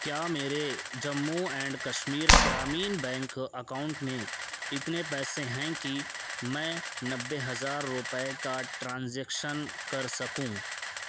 کیا میرے Jammu and Kashmir Grameen bank account میں اتنے پیسے ہیں کہ میں نوے ہزار روپے کا ٹرانزیکشن کر سکوں